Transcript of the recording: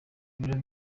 ibiro